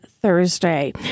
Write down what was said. Thursday